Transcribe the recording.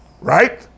Right